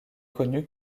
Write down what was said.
connue